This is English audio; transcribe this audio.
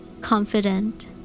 confident